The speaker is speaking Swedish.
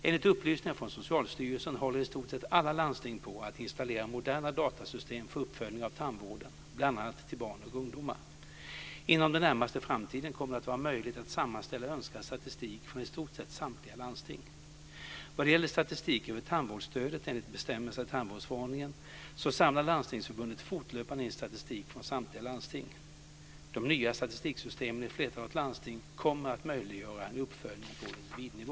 Enligt upplysningar från Socialstyrelsen håller i stort sett alla landsting på att installera moderna datasystem för uppföljning av tandvården bl.a. till barn och ungdomar. Inom den närmaste framtiden kommer det att vara möjligt att sammanställa önskad statistik från i stort sett samtliga landsting. Vad gäller statistik över tandvårdsstödet enligt bestämmelserna i tandvårdsförordningen samlar Landstingsförbundet fortlöpande in statistik från samtliga landsting. De nya statistiksystemen i flertalet landsting kommer att möjliggöra en uppföljning på individnivå.